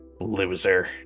loser